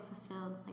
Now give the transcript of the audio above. fulfilled